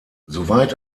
soweit